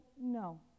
no